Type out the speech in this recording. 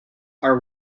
are